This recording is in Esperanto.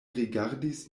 rigardis